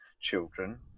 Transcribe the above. Children